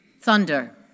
Thunder